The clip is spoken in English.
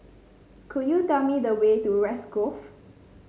could you tell me the way to West Grove